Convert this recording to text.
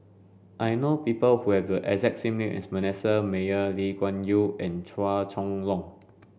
I know people who have the exact same name as Manasseh Meyer Lee Kuan Yew and Chua Chong Long